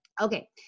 Okay